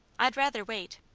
i'd rather wait.